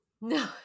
No